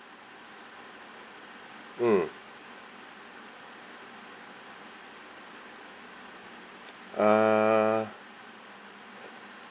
mm uh